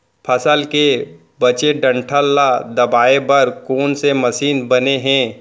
फसल के बचे डंठल ल दबाये बर कोन से मशीन बने हे?